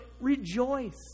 Rejoice